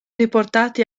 riportati